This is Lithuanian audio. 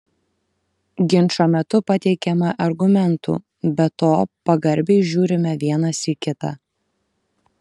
ginčo metu pateikiame argumentų be to pagarbiai žiūrime vienas į kitą